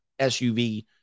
SUV